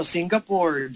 Singapore